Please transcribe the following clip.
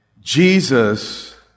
Jesus